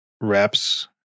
reps